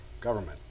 government